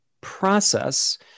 process